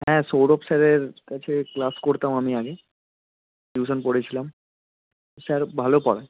হ্যাঁ সৌরভ স্যারের কাছে ক্লাস করতাম আমি আগে টিউশন পড়েছিলাম স্যার ভালো পড়ায়